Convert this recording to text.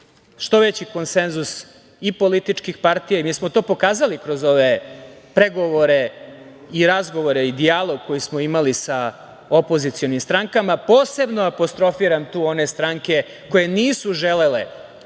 što veći konsenzus i političkih partija i mi smo to pokazali kroz ove pregovore i razgovore i dijalog koji smo imali sa opozicionim strankama, posebno apostrofiram tu one stranke koje nisu želele